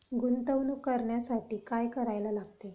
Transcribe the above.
गुंतवणूक करण्यासाठी काय करायला लागते?